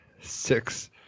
Six